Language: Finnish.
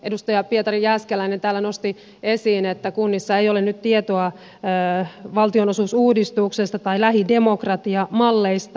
edustaja pietari jääskeläinen täällä nosti esiin että kunnissa ei ole nyt tietoa valtionosuusuudistuksesta tai lähidemokratiamalleista